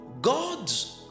God's